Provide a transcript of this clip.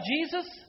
Jesus